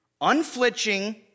unflinching